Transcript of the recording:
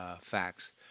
facts